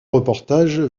reportages